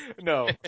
No